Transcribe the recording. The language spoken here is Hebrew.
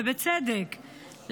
ובצדק,